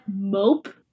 mope